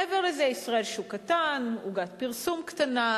מעבר לזה, ישראל, שוק קטן, עוגת פרסום קטנה.